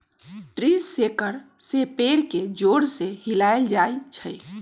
tree shaker से पेड़ के जोर से हिलाएल जाई छई